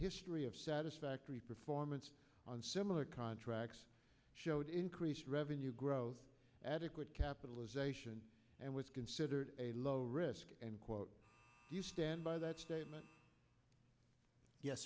history of satisfactory performance on similar contracts showed increased revenue growth adequate capitalization and was considered a low risk and quote you stand by that statement yes